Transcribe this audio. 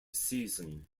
season